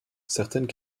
certaines